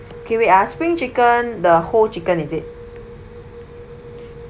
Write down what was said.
K wait ah spring chicken the whole chicken is it